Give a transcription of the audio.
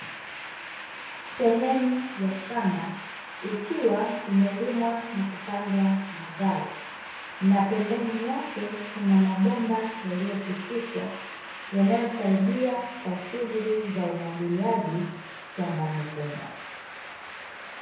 Sehemu ya shamba ikiwa imelimwa na kupandwa mazao na pembeni yake kuna mabomba yaliyopitishwa yanasaidia kwa shughuli za umwagiliaji shambani huko.